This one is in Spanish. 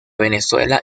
venezuela